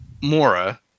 Mora